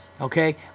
Okay